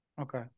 Okay